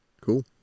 Cool